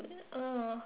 oh